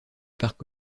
parc